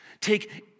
take